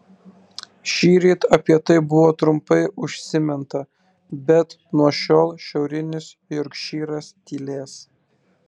šįryt apie tai buvo trumpai užsiminta bet nuo šiol šiaurinis jorkšyras tylės